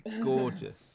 gorgeous